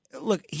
look